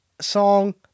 song